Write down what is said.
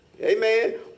Amen